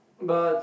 but